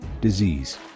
disease